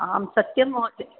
आं सत्यं महोदय